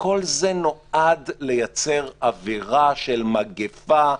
וכל זה נועד לייצר אווירה של מגיפה,